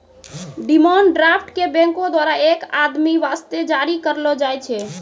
demand draft क बैंको द्वारा एक आदमी वास्ते जारी करलो जाय छै